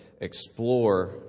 explore